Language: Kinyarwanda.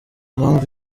mpamvu